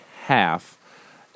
half